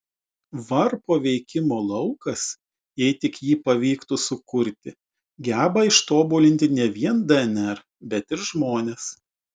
varpo veikimo laukas jei tik jį pavyktų sukurti geba ištobulinti ne vien dnr bet ir žmones